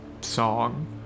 song